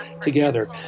together